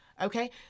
Okay